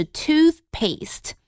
toothpaste